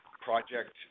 project